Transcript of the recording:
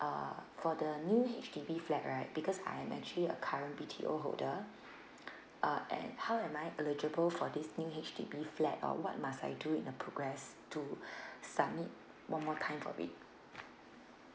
uh for the new H_D_B flat right because I'm actually a current B_T_O holder uh and how am I eligible for this new H_D_B flat or what must I do in the progress to submit one more time for it